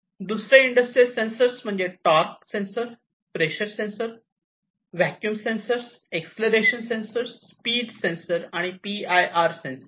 दुसरे industrial sensors म्हणजे torque sensor pressure sensor vacuum sensor acceleration sensor speed sensor P I R sensor